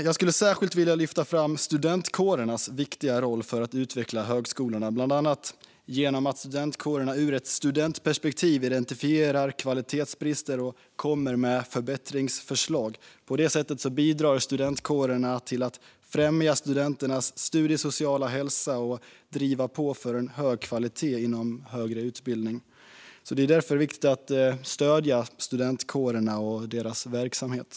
Jag skulle särskilt vilja lyfta fram studentkårernas viktiga roll för att utveckla högskolorna, bland annat genom att studentkårerna ur ett studentperspektiv identifierar kvalitetsbrister och kommer med förbättringsförslag. På det sättet bidrar studentkårerna till att främja studenternas studiesociala hälsa och driva på för en hög kvalitet inom högre utbildning. Det är därför viktigt att stödja studentkårerna och deras verksamhet.